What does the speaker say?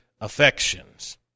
affections